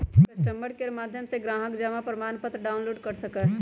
customer care के माध्यम से ग्राहक जमा प्रमाणपत्र डाउनलोड कर सका हई